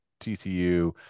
TCU